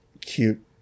cute